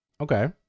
Okay